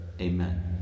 Amen